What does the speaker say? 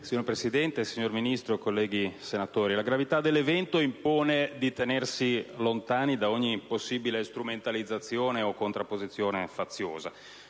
Signor Presidente, signor Ministro, colleghi, la gravità dell'evento impone di tenersi lontani da ogni possibile strumentalizzazione o contrapposizione faziosa.